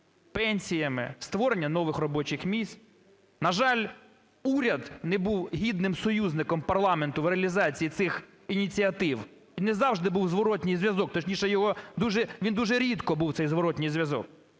пенсіями, створення нових робочих місць. На жаль, уряд не був гідним союзником парламенту в реалізації цих ініціатив і не завжди був зворотній зв'язок, точніше, він дуже рідко був, цей зворотній зв'язок,